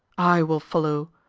i will follow.